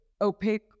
opaque